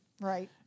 Right